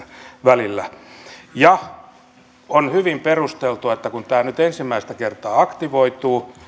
välillä on hyvin perusteltua että kun tämä nyt ensimmäistä kertaa aktivoituu